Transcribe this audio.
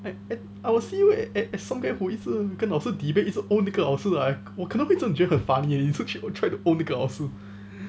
I will see you as some guy who 一直跟老师 debate 一直 own 那个老师来我可能真的会觉得很烦 leh 每次一直 try own 那个老师